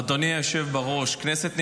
אדוני היושב בראש, כנסת נכבדה,